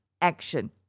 action